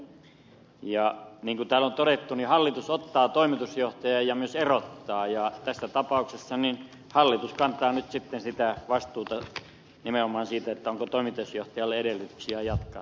niin kuin täällä on todettu hallitus ottaa toimitusjohtajan ja myös erottaa ja tässä tapauksessa hallitus kantaa nyt sitten sitä vastuuta nimenomaan siitä onko toimitusjohtajalla edellytyksiä jatkaa tässä tehtävässä